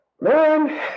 Man